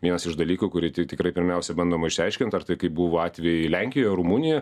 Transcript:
vienas iš dalykų kurį ti tikrai pirmiausiai bandoma išsiaiškint ar tai kaip buvo atvejai lenkija rumunija